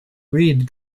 reed